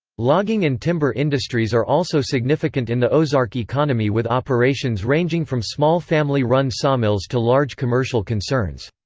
logging and timber industries are also significant in the ozark economy with operations ranging from small family run sawmills to large commercial concerns.